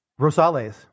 Rosales